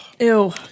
Ew